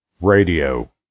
radio